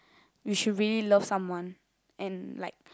we should really love someone and like